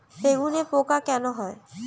বেগুনে পোকা কেন হয়?